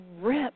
rip